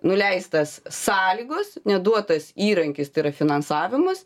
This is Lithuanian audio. nuleistas sąlygos neduotas įrankis tai yra finansavimas